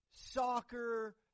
soccer